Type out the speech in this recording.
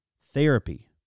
therapy